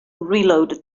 reloaded